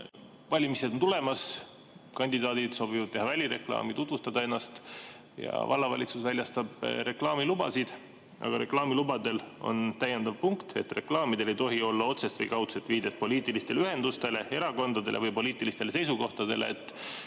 valimised tulemas, kandidaadid soovivad teha välireklaami, tutvustada ennast ja vallavalitsus väljastab reklaamilubasid. Aga reklaamilubadel on täiendav punkt, et reklaamidel ei tohi olla otsest ega kaudset viidet poliitilistele ühendustele, erakondadele ega poliitilistele seisukohtadele.